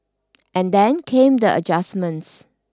and then came the adjustments